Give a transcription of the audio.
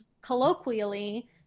colloquially